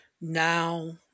Now